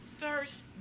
first